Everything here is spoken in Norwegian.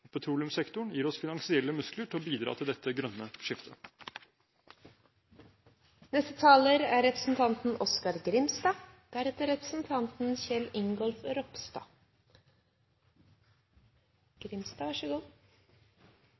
Petroleumssektoren gir oss finansielle muskler til å bidra til dette grønne skiftet.